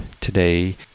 today